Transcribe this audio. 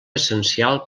essencial